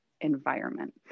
environment